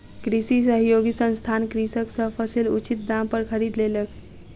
कृषि सहयोगी संस्थान कृषक सॅ फसील उचित दाम पर खरीद लेलक